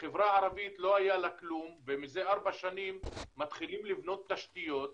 לחברה הערבית לא היה כלום ומזה ארבע שנים מתחילים לבנות תשתיות.